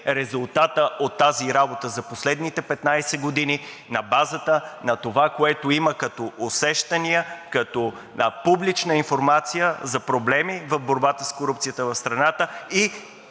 резултатът от тази работа. За последните 15 години на базата на това, което има като усещания, като публична информация за проблеми в борбата с корупцията в страната и